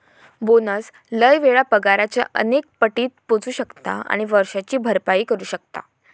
bonus लय वेळा पगाराच्या अनेक पटीत पोचू शकता आणि वर्षाची भरपाई करू शकता